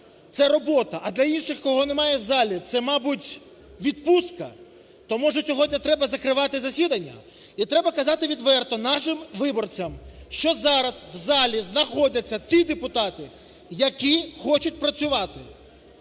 це робота, а для інших, кого немає в залі, це, мабуть, відпустка, то, може, сьогодні треба закривати засідання? І треба казати відверто нашим виборцям, що зараз в залі знаходяться ті депутати, які хочуть працювати.